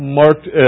marked